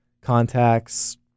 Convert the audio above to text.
contacts